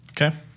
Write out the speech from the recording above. Okay